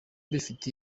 bifite